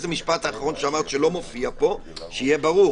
למשפט האחרון שאמרת, ולא מופיע פה, כדי שיהיה ברור